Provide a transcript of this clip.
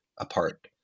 apart